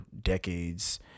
decades